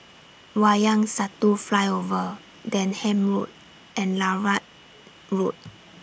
Wayang Satu Flyover Denham Road and Larut Road